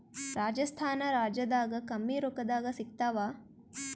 ರಾಜಸ್ಥಾನ ರಾಜ್ಯದಾಗ ಕಮ್ಮಿ ರೊಕ್ಕದಾಗ ಸಿಗತ್ತಾವಾ?